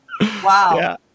wow